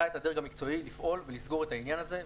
את הדרג המקצועי לפעול ולסגור את העניין הזה.